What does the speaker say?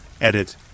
Edit